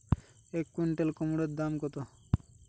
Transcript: এক কুইন্টাল কুমোড় দাম কত?